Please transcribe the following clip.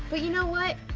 but you know what,